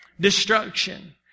destruction